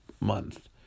month